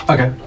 Okay